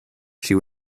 she